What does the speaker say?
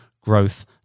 growth